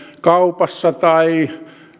kaupassa tai